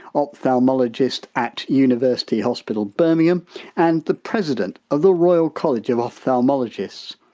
ophthalmologist at university hospital, birmingham and the president of the royal college of ophthalmologists.